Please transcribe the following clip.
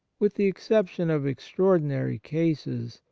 with the exception of extraordinary cases,